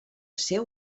seu